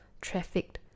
trafficked